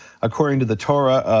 according to the torah,